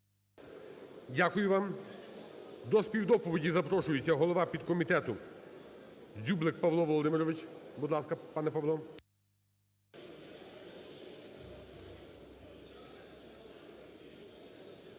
Дякую вам. До співдоповіді запрошується голова підкомітету Дзюблик Павло Володимирович. Будь ласка, пане Павло.